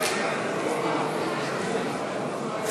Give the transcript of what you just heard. בממשלה לא נתקבלה.